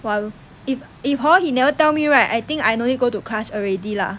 !wah! if if hor he never tell me right I think I no need go to class already lah